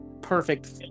Perfect